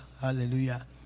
hallelujah